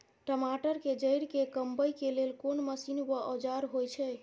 टमाटर के जईर के कमबै के लेल कोन मसीन व औजार होय छै?